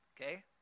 Okay